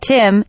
Tim